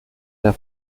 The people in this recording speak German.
der